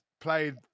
played